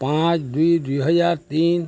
ପାଞ୍ଚ ଦୁଇ ଦୁଇ ହଜାର ତିନି